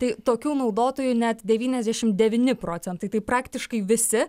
tai tokių naudotojų net devyniasdešimt devyni procentai tai praktiškai visi